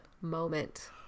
moment